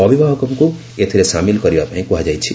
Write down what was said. ଅଭିଭାବକଙ୍କୁ ଏଥିରେ ସାମିଲ କରିବା ପାଇଁ କୁହାଯାଇଛି